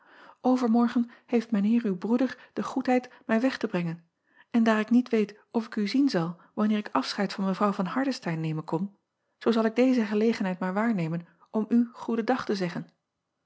vermorgen heeft mijn eer uw broeder de goedheid mij weg te brengen en daar ik niet weet of ik u zien zal wanneer ik afscheid van evrouw van ardestein nemen kom zoo zal ik deze gelegenheid maar waarnemen om u goeden dag te zeggen